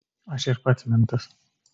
aš ir pats mentas